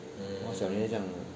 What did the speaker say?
我小学这样的